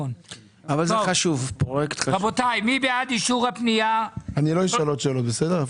מי בעד אישור פנייה 36-008, מי נגד, מי נמנע?